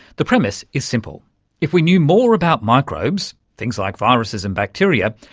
the premise is simple if we knew more about microbes, things like viruses and bacteria,